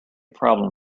problem